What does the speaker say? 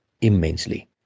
immensely